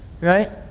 right